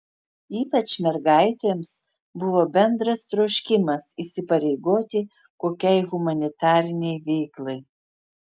ypač mergaitėms buvo bendras troškimas įsipareigoti kokiai humanitarinei veiklai